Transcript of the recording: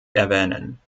erwähnen